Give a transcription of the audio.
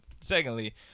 secondly